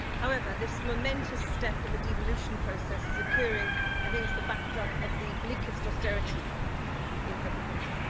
however, this momentous step in the devolution process is occurring against the backdrop of the bleakest austerity in government.